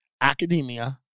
academia